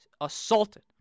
assaulted